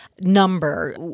number